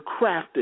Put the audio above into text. crafted